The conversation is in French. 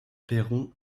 perron